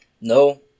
No